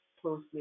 closely